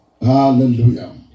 Hallelujah